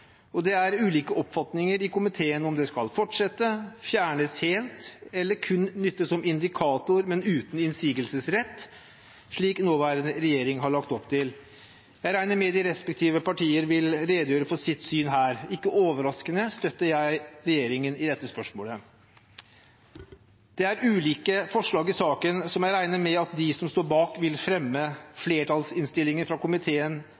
Det er ulike oppfatninger i komiteen om hvorvidt det skal fortsette, fjernes helt eller kun nyttes som indikator, men uten innsigelsesrett, slik nåværende regjering har lagt opp til. Jeg regner med at de respektive partier vil redegjøre for sitt syn her. Ikke overraskende støtter jeg regjeringen i dette spørsmålet. Det er ulike forslag i saken, som jeg regner med at de som står bak, vil fremme. Flertallsinnstillingen fra komiteen